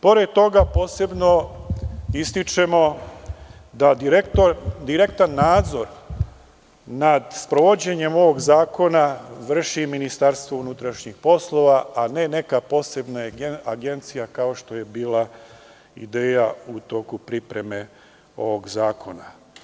Pored toga, posebno ističemo da direktan nadzor nad sprovođenjem ovog zakona vrši Ministarstvo unutrašnjih poslova, a ne neka posebna agencija kao što je bila ideja u toku pripreme ovog zakona.